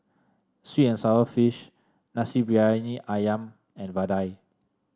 sweet and sour fish Nasi Briyani ayam and vadai